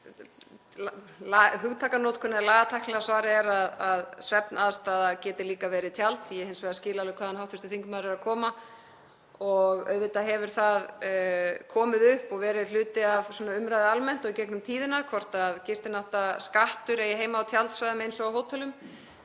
Hugtakanotkunin eða lagatæknilega svarið er að svefnaðstaða geti líka verið tjald. Ég skil hins vegar alveg hvaðan hv. þingmaður er að koma og auðvitað hefur það komið upp og verið hluti af umræðu almennt og í gegnum tíðina hvort gistináttaskattur eigi heima á tjaldsvæðum eins og á hótelum.